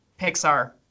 Pixar